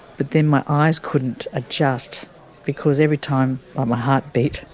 but then my eyes couldn't adjust because every time ah my heart beat,